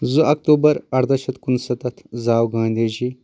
زٕ اکتوٗبر اردہ شیٚتھ کُنستتھ زاو گاندھی جی